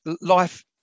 life